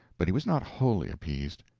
but he was not wholly appeased.